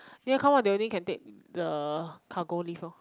they want to come out they only can take the cargo lift lor